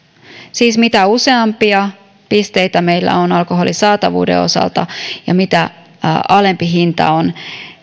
siis mitä useampia pisteitä meillä on alkoholin saatavuuden osalta ja mitä alempi hinta on